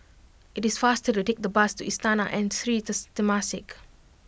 it is faster to take the bus to Istana and Sri Temasek